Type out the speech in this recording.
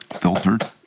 filtered